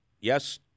yes